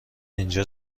اینجا